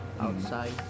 outside